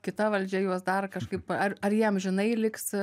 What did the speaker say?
kita valdžia juos dar kažkaip ar jie amžinai liks